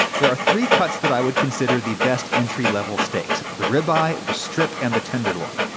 there are three cuts that i would consider the best entry-level steaks the ribeye, the strip, and the tenderloin.